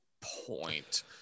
point